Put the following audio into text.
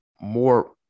more